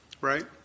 right